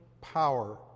power